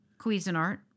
Cuisinart